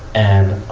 and,